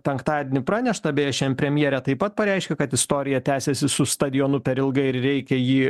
penktadienį pranešta beje šiam premjerė taip pat pareiškė kad istorija tęsiasi su stadionu per ilgai ir reikia jį